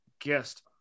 guest